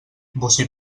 bocí